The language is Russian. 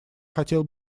хотел